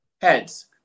Heads